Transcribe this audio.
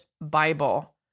Bible